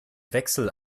wechsel